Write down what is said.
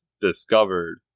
discovered